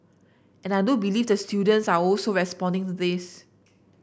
and I do believe the students are also responding to this